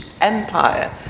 empire